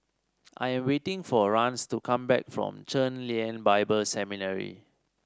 I am waiting for Rance to come back from Chen Lien Bible Seminary